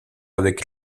avec